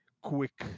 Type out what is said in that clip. quick